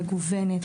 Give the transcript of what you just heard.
מגוונת,